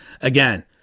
again